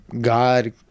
God